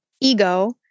ego